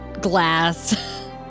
glass